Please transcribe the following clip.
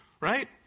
right